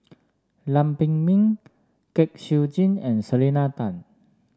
Lam Pin Min Kwek Siew Jin and Selena Tan